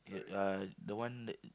ya uh the one that